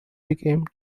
became